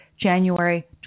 January